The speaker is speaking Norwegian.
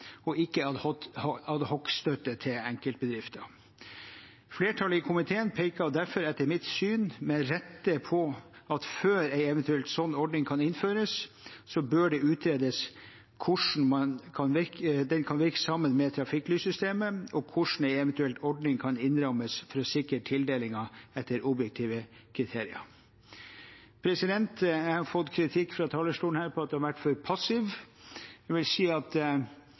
til enkeltbedrifter. Flertallet i komiteen peker derfor etter mitt syn med rette på at før en slik ordning eventuelt kan innføres, bør det utredes hvordan den kan virke sammen med trafikklyssystemet, og hvordan en eventuell ordning kan innrammes for å sikre tildelinger etter objektive kriterier. Jeg har fått kritikk fra talerstolen her for at jeg har vært for passiv. Jeg vil si at